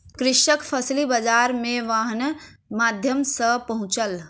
कृषक फसिल बाजार मे वाहनक माध्यम सॅ पहुँचल